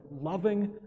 loving